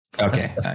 Okay